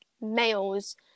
males